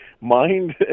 mind